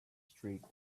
streak